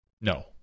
No